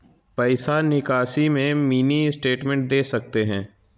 पैसा निकासी में मिनी स्टेटमेंट दे सकते हैं?